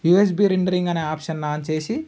USB rendering అనే option on చేసి